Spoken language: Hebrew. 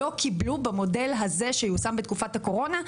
לא קיבלו במודל הזה שיושם בתקופת הקורונה,